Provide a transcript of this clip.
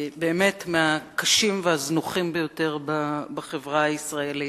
באמת מהקשים והזנוחים ביותר בחברה הישראלית.